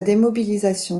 démobilisation